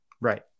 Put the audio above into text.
right